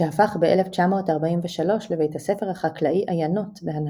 שהפך ב- 1943 לבית הספר החקלאי עיינות בהנהגתה.